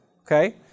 Okay